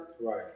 Right